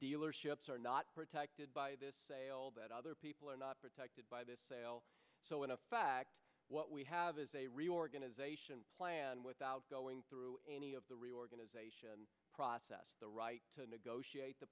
dealerships are not protected by this sale that other people are not protected by this sale so in effect what we have is a reorganization plan without going through any of the reorganization process the right to negotiate the